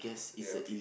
ya